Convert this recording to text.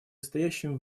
стоящим